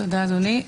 תודה, אדוני.